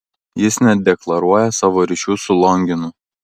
jis nedeklaruoja savo ryšių su longinu